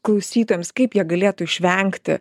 klausytojams kaip jie galėtų išvengti